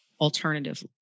alternative